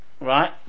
right